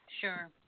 Sure